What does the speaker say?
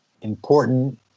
important